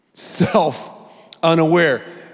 self-unaware